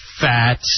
fat